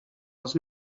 als